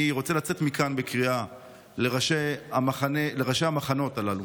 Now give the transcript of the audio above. אני רוצה לצאת בקריאה מכאן לראשי המחנות הללו: